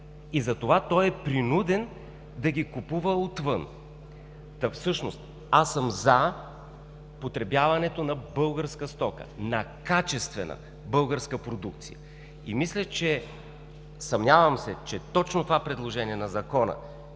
и затова той е принуден да ги купува отвън. Та всъщност аз съм „за” потребяването на българска стока, на качествена българска продукция. И мисля, съмнявам се, че точно това предложение на Закона